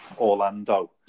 Orlando